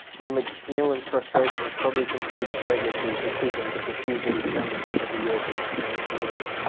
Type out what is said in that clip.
and macmillan's frustrations probably contributed greatly to his decision to pursue british membership of the european economic community.